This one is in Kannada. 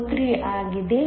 43 ಆಗಿದೆ